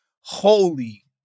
Holy